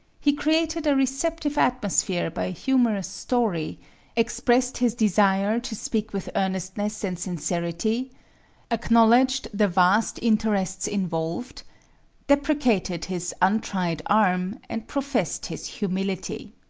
he created a receptive atmosphere by a humorous story expressed his desire to speak with earnestness and sincerity acknowledged the vast interests involved deprecated his untried arm, and professed his humility.